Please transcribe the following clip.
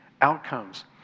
outcomes